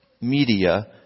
media